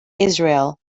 israel